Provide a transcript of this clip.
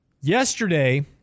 Yesterday